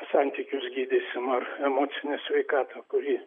santykius gydysim ar emocinę sveikatą kuri